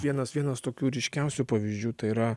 vienas vienas tokių ryškiausių pavyzdžių tai yra